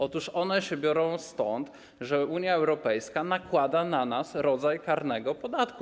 Otóż one się biorą stąd, że Unia Europejska nakłada na nas rodzaj karnego podatku.